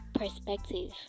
perspective